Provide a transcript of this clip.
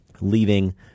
leaving